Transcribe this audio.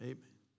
Amen